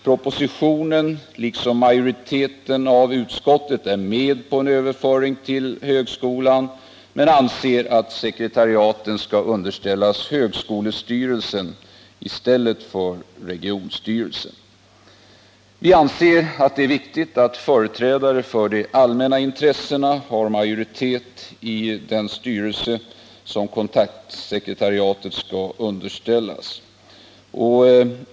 Propositionen, liksom majoriteten av utskottet, är med på en överföring till högskolan men anser att sekretariaten skall underställas högskolestyrelserna i stället för regionstyrelserna. Vi anser att det är viktigt att företrädare för de allmänna intressena har majoritet i den styrelse som kontaktsekretariaten skall underställas.